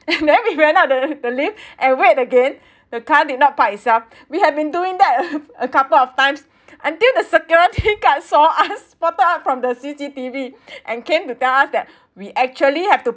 then we went out of the the lift and wait again the car did not park itself we have been doing that for a couple of times until the security guard saw us spotted us from the C_C_T_V and came to tell us that we actually have to